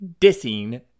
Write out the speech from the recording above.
dissing